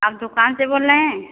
आप दुकान से बोल रहे हैं